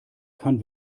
kann